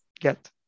get